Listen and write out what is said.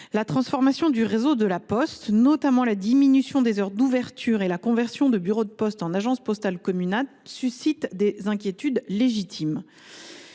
La transformation du réseau de La Poste, notamment la diminution des heures d’ouverture et la conversion de bureaux de poste en agences postales communales, suscite des inquiétudes légitimes.